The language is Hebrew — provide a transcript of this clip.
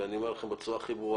ואני אומר לכם בצורה הכי ברורה,